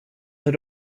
had